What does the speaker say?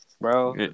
bro